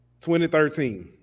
2013